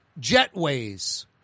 jetways